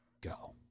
go